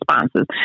responses